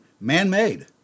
man-made